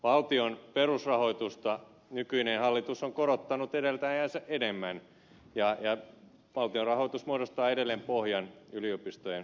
valtion perusrahoitusta nykyinen hallitus on korottanut edeltäjäänsä enemmän ja valtion rahoitus muodostaa edelleen pohjan yliopistojen rahoitukselle